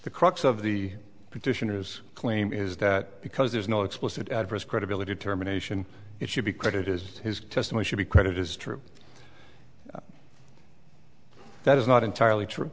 the crux of the petitioners claim is that because there's no explicit adverse credibility terminations it should be credit is his testimony should be credit is true that is not entirely true